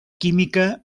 química